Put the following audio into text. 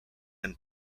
and